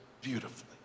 beautifully